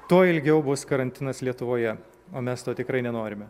tuo ilgiau bus karantinas lietuvoje o mes to tikrai nenorime